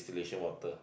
distillation water